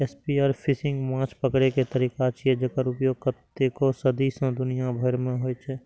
spearfishing माछ पकड़ै के तरीका छियै, जेकर उपयोग कतेको सदी सं दुनिया भरि मे होइ छै